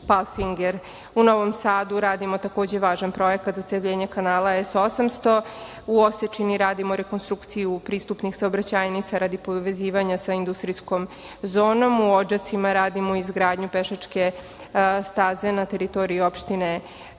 u Novom Sadu radimo važan projekat zacevljenje kanala S800, u Osečini radimo rekonstrukciju pristupnih saobraćajnica radi povezivanja sa industrijskom zonom, u Odžacima radimo izgradnju pešačke staze na teritoriji opštine Odžaci,